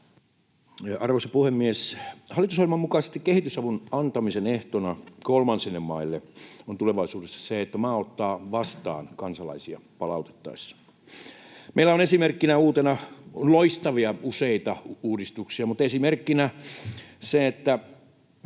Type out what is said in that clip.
Arvoisa puhemies! Hallitusohjelman mukaisesti kehitysavun antamisen ehtona kolmansille maille on tulevaisuudessa se, että maa ottaa vastaan kansalaisia palautettaessa. Meillä on useita loistavia uudistuksia, esimerkkinä se, että